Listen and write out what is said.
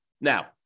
Now